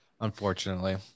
unfortunately